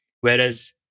Whereas